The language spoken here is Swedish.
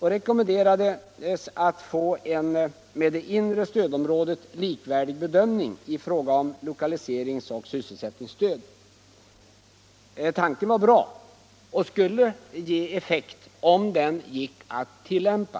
och rekommenderades få en med det inre stödområdet likvärdig bedömning när det gällde lokaliserings och sysselsättningsstöd. Tanken var bra och skulle ge effekt, om den gick att tillämpa.